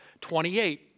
28